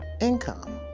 income